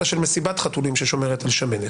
אלא של מסיבת חתולים ששומרת על השמנת.